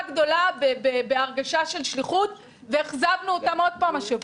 גדולה ובהרגשה של שליחות ואכזבנו אותם עוד פעם השבוע.